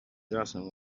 jocelyn